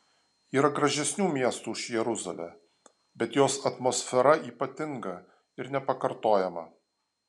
yra gražesnių miestų už jeruzalę bet jos atmosfera ypatinga ir nepakartojama